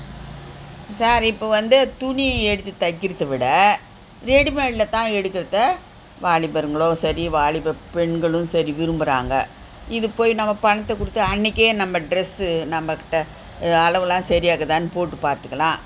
sir இப்போ வந்து துணி எடுத்து தக்கிறது விட ரெடிமேடில் தான் எடுக்கிறத வாலிபர்களும் சரி வாலிபப் பெண்களும் சரி விரும்புகிறாங்க இதுக்கு போய் நம்ம பணத்தை கொடுத்து அன்றைக்கே நம்ம ட்ரெஸ்ஸு நம்மக்கிட்டே அளவுலாம் சரியாக இருக்குதான்னு தான் போட்டு பார்த்துக்கலாம்